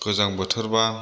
गोजां बोथोरबा